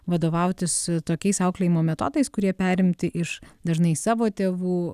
vadovautis tokiais auklėjimo metodais kurie perimti iš dažnai savo tėvų